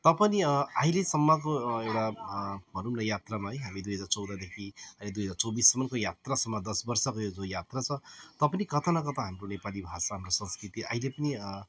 तापनि अहिलेसम्मको एउटा भनौँ न एउटा यात्रामा है हामी दुई हजार चौधदेखि अहिले दुई हजार चौबिससम्मको यात्रासम्म दस वर्ष भयो जो यात्रा छ तापनि कता न कता हाम्रो नेपाली भाषामा संस्कृति अहिले पनि